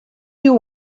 you